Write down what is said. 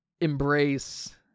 embrace